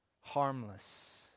harmless